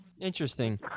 Interesting